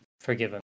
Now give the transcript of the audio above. forgiven